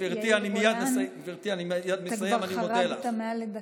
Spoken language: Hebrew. גברתי, אני מייד מסיים, אני מודה לך.